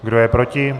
Kdo je proti?